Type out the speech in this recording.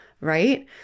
right